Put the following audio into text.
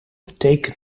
betekent